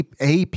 AP